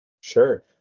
Sure